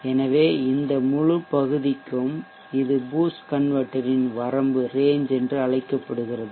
எனவே இந்த முழு பகுதிக்கும் இது பூஸ்ட் கன்வெர்ட்டெர் ன் வரம்பு ரேன்ஜ் என்று அழைக்கப்படுகிறது